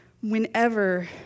Whenever